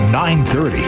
930